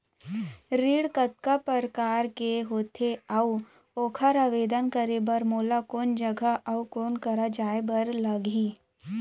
ऋण कतका प्रकार के होथे अऊ ओखर आवेदन करे बर मोला कोन जगह अऊ कोन करा जाए बर लागही?